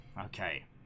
Okay